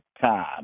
time